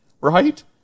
Right